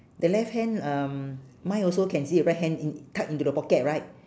the left hand um mine also can see the right hand in~ tuck into the pocket right